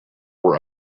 were